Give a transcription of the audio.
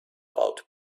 about